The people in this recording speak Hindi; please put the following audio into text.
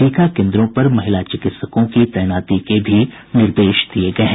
टीका केन्द्रों पर महिला चिकित्सकों की तैनाती के भी निर्देश दिये गये हैं